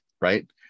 right